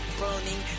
burning